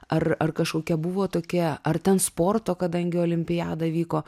ar ar kažkokia buvo tokia ar ten sporto kadangi olimpiada vyko